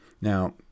Now